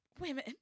women